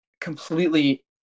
completely